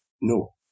No